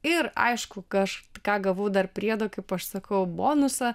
ir aišku kaš ką gavau dar priedo kaip aš sakau bonusą